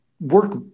work